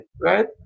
right